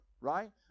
Right